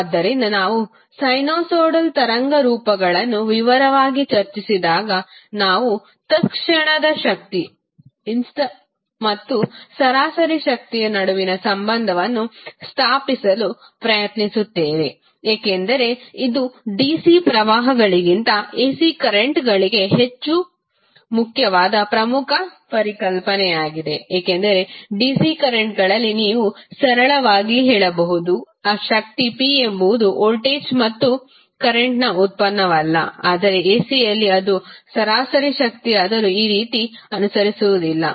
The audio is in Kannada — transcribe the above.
ಆದ್ದರಿಂದ ನಾವು ಸೈನುಸೈಡಲ್ ತರಂಗರೂಪಗಳನ್ನು ವಿವರವಾಗಿ ಚರ್ಚಿಸಿದಾಗ ನಾವು ತತ್ಕ್ಷಣದ ಶಕ್ತಿ ಮತ್ತು ಸರಾಸರಿ ಶಕ್ತಿಯ ನಡುವಿನ ಸಂಬಂಧವನ್ನು ಸ್ಥಾಪಿಸಲು ಪ್ರಯತ್ನಿಸುತ್ತೇವೆ ಏಕೆಂದರೆ ಇದು dc ಕರೆಂಟ್ಗಳಿಗಿಂತ ac ಕರೆಂಟ್ಗಳಿಗೆ ಹೆಚ್ಚು ಮುಖ್ಯವಾದ ಪ್ರಮುಖ ಪರಿಕಲ್ಪನೆಯಾಗಿದೆ ಏಕೆಂದರೆ dc ಕರೆಂಟ್ಗಳಲ್ಲಿ ನೀವು ಸರಳವಾಗಿ ಹೇಳಬಹುದು ಆ ಶಕ್ತಿ p ಎಂಬುದು ವೋಲ್ಟೇಜ್ ಮತ್ತು ಕರೆಂಟ್ ಉತ್ಪನ್ನವಲ್ಲ ಆದರೆ ac ಯಲ್ಲಿ ಅದು ಸರಾಸರಿ ಶಕ್ತಿಯಾದರೂ ಈ ರೀತಿ ಅನುಸರಿಸುವುದಿಲ್ಲ